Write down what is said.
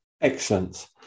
Excellent